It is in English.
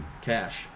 cash